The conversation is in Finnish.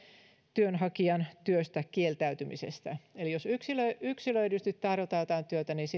työnhakijan työstä kieltäytymisestä eli jos yksilöidysti yksilöidysti tarjotaan jotain työtä niin